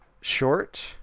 short